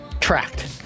tracked